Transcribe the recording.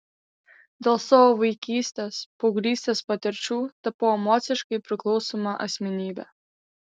dėl savo vaikystės paauglystės patirčių tapau emociškai priklausoma asmenybe